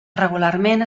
regularment